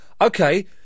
okay